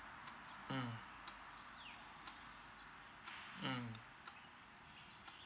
mm mm